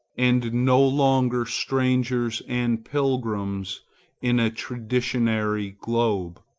and no longer strangers and pilgrims in a traditionary globe.